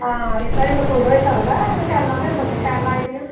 आं रेतै दा कसूर होई सकदा ते टाइलां ते शैल लाई दियां न